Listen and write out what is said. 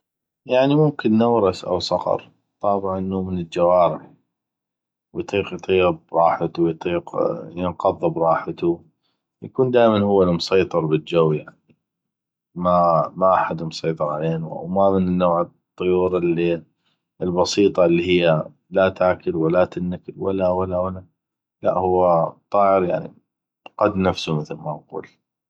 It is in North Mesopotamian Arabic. يعني ممكن نورس أو صقر طابع انو من الجوارح ويطيق يطيغ براحتو ويطيق ينقض براحتو ويكون هو المسيطر بلجو يعني ما احد مسيطر علينو أو ما من نوع الطيور البسيطه اللي لا تاكل ولا تنكل ولا ولا ولا لا هو طائر قد نفسو مثل ما نقول